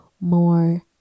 more